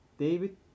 David